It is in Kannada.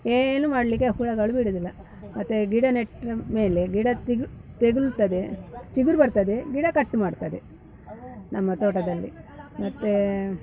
ಏನು ಮಾಡಲಿಕ್ಕೆ ಹುಳುಗಳು ಬಿಡುವುದಿಲ್ಲ ಮತ್ತು ಗಿಡ ನೆಟ್ಟ ಮೇಲೆ ಗಿಡ ತೆಗಲ್ತದೆ ಚಿಗುರು ಬರ್ತದೆ ಗಿಡ ಕಟ್ ಮಾಡ್ತದೆ ನಮ್ಮ ತೋಟದಲ್ಲಿ ಮತ್ತೆ